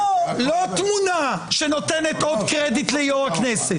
לא תמונה שנותנת עוד קרדיט ליושב-ראש הכנסת,